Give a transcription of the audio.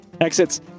exits